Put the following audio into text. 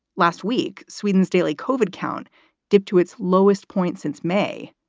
last week, sweden's daily kofod count dipped to its lowest point since may.